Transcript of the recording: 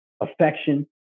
affection